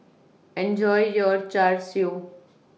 Enjoy your Char Siu